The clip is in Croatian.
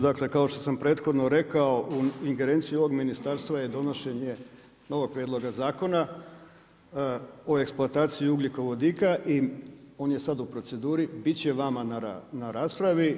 Dakle, kao što sam prethodno rekao u ingerenciji ovog ministarstva je donošenje novog prijedloga zakona o eksploataciji ugljikovodika i on je sad u proceduri i biti će vama na raspravi.